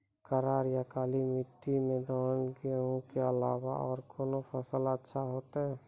करार या काली माटी म धान, गेहूँ के अलावा औरो कोन फसल अचछा होतै?